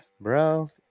bro